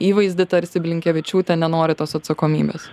įvaizdį tarsi blinkevičiūtė nenori tos atsakomybės